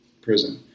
prison